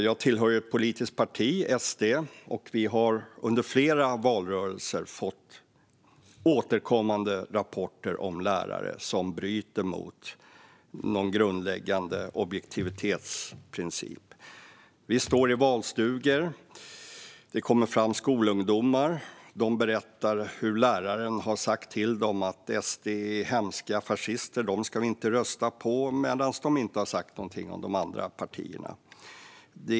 Jag tillhör ju ett politiskt parti, SD, och vi i SD har under flera valrörelser fått återkommande rapporter om lärare som bryter mot någon grundläggande objektivitetsprincip. Vi står i valstugor. Det kommer fram skolungdomar och berättar att läraren har sagt till dem att SD är hemska fascister, dem ska ni inte rösta på, men inte sagt någonting om de andra partierna.